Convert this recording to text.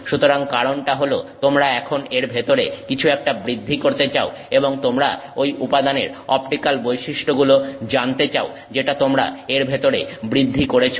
সুতরাং কারণটা হলো তোমরা এখন এর ভেতরে কিছু একটা বৃদ্ধি করতে চাও এবং তোমরা ঐ উপাদানের অপটিক্যাল বৈশিষ্ট্যগুলো জানতে চাও যেটা তোমরা এর ভেতরে বৃদ্ধি করেছো